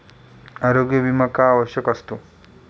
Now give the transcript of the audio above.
आरोग्य विमा का आवश्यक असतो?